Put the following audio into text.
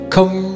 Come